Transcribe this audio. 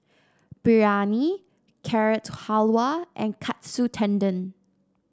Biryani Carrot Halwa and Katsu Tendon